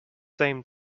same